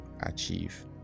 achieve